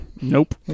nope